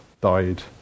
died